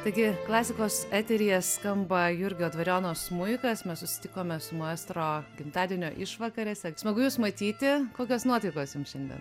taigi klasikos eteryje skamba jurgio dvariono smuikas mes susitikome su maestro gimtadienio išvakarėse smagu jus matyti kokios nuotaikos jums šiandien